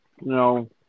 No